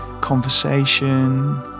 conversation